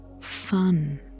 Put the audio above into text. fun